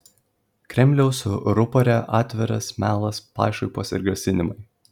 kremliaus rupore atviras melas pašaipos ir grasinimai